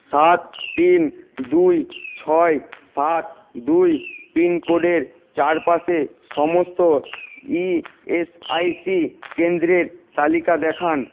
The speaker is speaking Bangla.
সাত তিন দুই ছয় সাত দুই পিনকোডের চারপাশে সমস্ত ইএসআইসি কেন্দ্রের তালিকা দেখান